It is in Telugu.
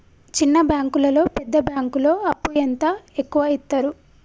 చిన్న బ్యాంకులలో పెద్ద బ్యాంకులో అప్పు ఎంత ఎక్కువ యిత్తరు?